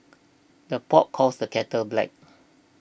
the pot calls the kettle black